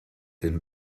den